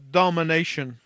domination